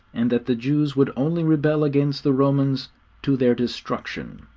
and that the jews would only rebel against the romans to their destruction.